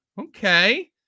Okay